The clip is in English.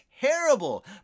terrible